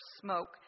smoke